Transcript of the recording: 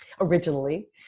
originally